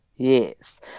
Yes